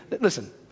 listen